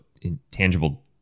intangible